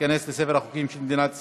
ותיכנס לספר החוקים של מדינת ישראל.